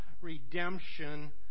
redemption